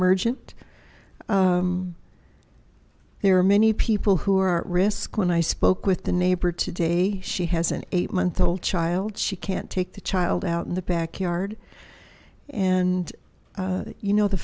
t there are many people who are risk when i spoke with the neighbor today she has an eight month old child she can't take the child out in the backyard and you know the